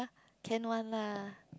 can one lah